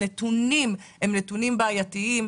הנתונים הם נתונים בעייתיים,